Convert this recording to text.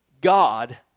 God